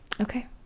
okay